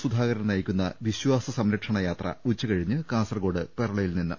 സുധാകരൻ നയിക്കുന്ന വിശ്വാസ സംരക്ഷണ യാത്ര ഉച്ചകഴിഞ്ഞ് കാസർകോട് പെർള യിൽ നിന്ന്